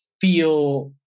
feel